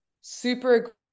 super